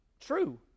True